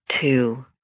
two